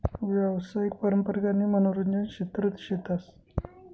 यावसायिक, पारंपारिक आणि मनोरंजन क्षेत्र शेतस